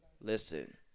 Listen